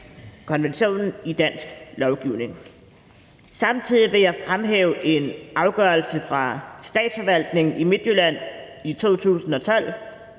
konventionen i dansk lovgivning. Kl. 11:28 Samtidig vil jeg fremhæve en afgørelse fra statsforvaltningen i Midtjylland i 2012,